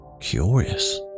Curious